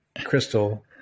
crystal